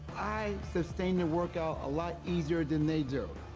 i sustain the workout a lot easier than they do.